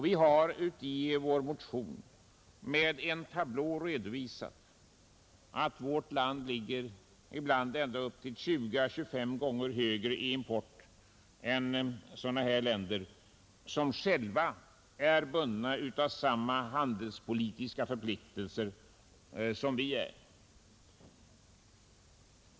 Vi har i vår motion i en tablå redovisat att vårt land ligger ibland ända upp till 20 å 25 gånger högre vad gäller importsiffrorna än andra länder som är bundna av samma handelspolitiska förpliktelser som Sverige.